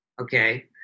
okay